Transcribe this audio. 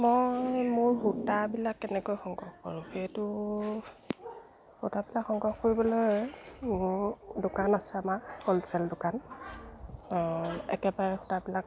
মই মোৰ সূতাবিলাক কেনেকৈ সংগ্ৰহ কৰোঁ সেইটো সূতাবিলাক সংগ্ৰহ কৰিবলৈ দোকান আছে আমাৰ হ'লচেল দোকান একেবাৰে সূতাবিলাক